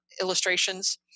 illustrations